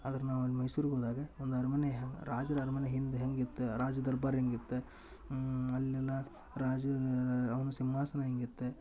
ಅಂದ್ರ ನಾವೆಲ್ಲ ಮೈಸೂರಿಗ ಹೋದಾಗ ಒಂದು ಅರಮನೆ ಹೆಂಗ ರಾಜರ ಅರಮನೆ ಹಿಂದ ಹೆಂಗಿತ್ತು ರಾಜ ದರ್ಬಾರ್ ಹೆಂಗಿತ್ತು ಅಲ್ಲಿನ ರಾಜರರ ಅವ್ನ ಸಿಂಹಾಸನ ಹೆಂಗಿತ್ತು